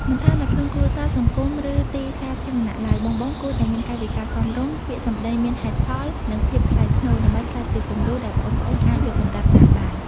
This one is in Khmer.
មិនថានៅក្នុងគ្រួសារ សង្គម ឬទីសាធារណៈឡើយ បងៗគួរមានកាយវិការសមរម្យ ពាក្យសម្ដីមានហេតុផល និងភាពថ្លៃថ្នូរ ដើម្បីក្លាយជាគំរូដែលប្អូនៗអាចយកតម្រាប់តាមបាន។